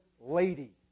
lady